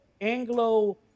Anglo